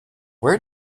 where